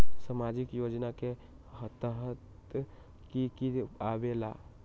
समाजिक योजना के तहद कि की आवे ला?